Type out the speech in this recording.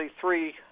three